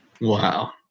Wow